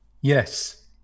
Yes